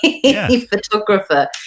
photographer